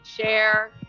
share